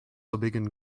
obigen